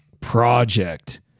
project